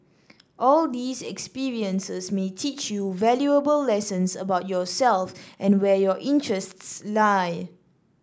all these experiences may teach you valuable lessons about yourself and where your interests lie